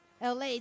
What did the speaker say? LA